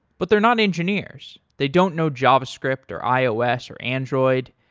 but they're not engineers. they don't know javascript or ios or android,